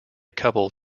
couple